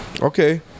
Okay